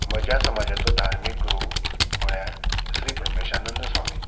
म्हज्या समाजाचो धार्मीक गुरू म्हळ्यार श्री ब्रमेशानंद स्वामी